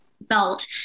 belt